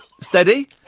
steady